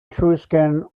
etruscan